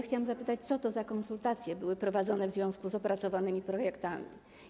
Chciałam zapytać, jakie konsultacje były prowadzone w związku z opracowanymi projektami.